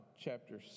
chapter